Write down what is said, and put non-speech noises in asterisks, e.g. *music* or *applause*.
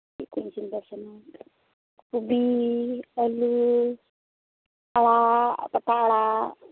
ᱪᱮᱫᱠᱩᱧ ᱤᱥᱤᱱ *unintelligible* ᱠᱩᱯᱤ ᱟᱹᱞᱩ ᱟᱲᱟᱜ ᱯᱟᱴ ᱟᱲᱟᱜ